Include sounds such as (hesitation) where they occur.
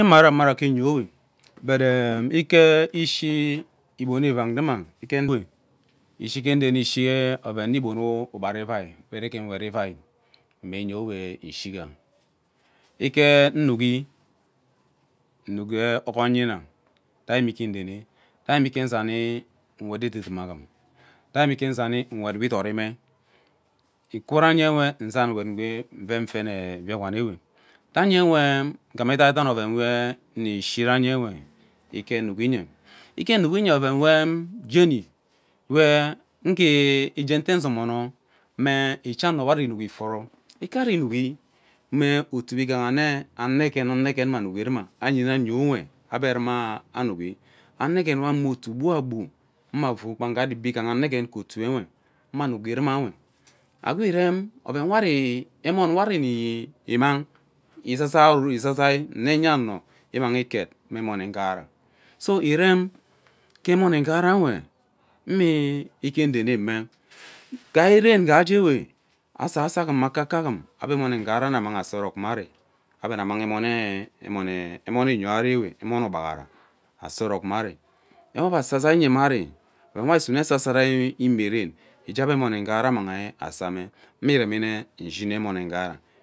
Ike mmara ke yiowe but ee ike ishi igbon ivang ruma ike ngwee ishi ike nrene ishee ureme ishi oven mme ighom ugbara ivai ugbehi ke nwet ee ugbara ivai mme nyo ewe nshiga ike nuuki nnuk onyena rai mme ike nreme rai mme ike nzaniee nwet edidimi aghum rai mme ike uzani nwet we idorime ukwuranyewe uzan nwet egwee nve fene ee biakpen ewe ranye ewe igham edaidani ovem we une ishi ranyewe ike uuki, ike nuukye oven we jeni wee ije nte nzomono mee eche ano ebe ari iwukhi mee atuo we ighana mme aneghea negen mme anuki ruya anyina onye uwe ebe ruma anuki amegen gbe anne otuo gbwoa gbo mme avuu kpan ngee ari ebe ighen anegen ke otuo nwe mme aunki ruma nwe agwee irem orenwe ari ee emon wari ee immang izazai (hesitation) oro ene enyeno mmang iket mme emon ee ughara so iren ke emon ee ughara we unne ike irene mme gai ren geije ewe asaso aghum mme akaka aghum ebe ana amang ee emonee emon ee yoriwe emon ee ugbaghara asa orok mme ari ewe ebe asai ngee mme ari oven we ari isune esasa rai imie ren ije ebe emone nghara amanghi asame ime irenime nshi emone nghara.